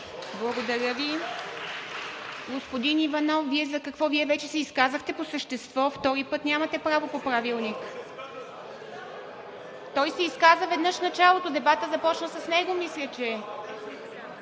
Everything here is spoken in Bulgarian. Благодаря Ви. Господин Иванов, Вие за какво? Вие вече се изказахте по същество. Втори път нямате право по Правилник. (Реплики.) Той се изказа веднъж в началото. Дебатът започна с него, мисля.